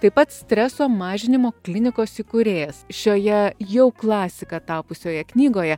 taip pat streso mažinimo klinikos įkūrėjas šioje jau klasika tapusioje knygoje